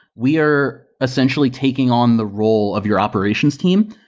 we are essentially taking on the role of your operations team,